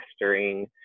mastering